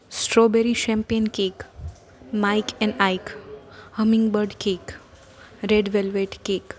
strawberry champagne cake Mike and Ike hummingbird cake red velvet cake